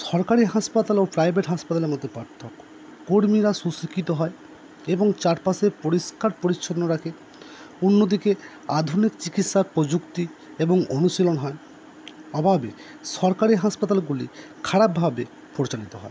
সরকারি হাসপাতাল ও প্রাইভেট হাসপাতালের মধ্যে পার্থক্য কর্মীরা সুশিক্ষিত হয় এবং চারপাশে পরিষ্কার পরিচ্ছন্ন রাখে অন্যদিকে আধুনিক চিকিৎসার প্রযুক্তি এবং অনুশীলন হয় সরকারি হাসপাতালগুলি খারাপভাবে পরিচালিত হয়